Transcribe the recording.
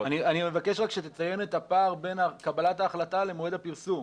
--- אני מבקש רק שתציין את הפער בין קבלת ההחלטה למועד הפרסום.